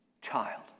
Child